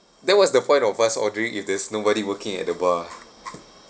that was the point of us ordering if there's nobody working at the bar